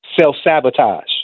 self-sabotage